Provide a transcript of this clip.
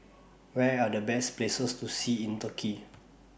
Where Are The Best Places to See in Turkey